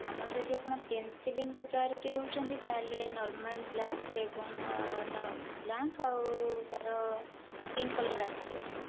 ଆମର ଯଦି ଆପଣ ପେନସିଲ ହିଲକୁ ପ୍ରାୟୋରିଟି ଦେଉଛନ୍ତି ତାହେଲେ ନର୍ମାଲ ବ୍ଲାକ ଏବଂ ବ୍ଲାକ ଆଉ ତାର ପିଙ୍କ୍ କଲର ଆସିଯିବ